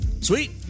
Sweet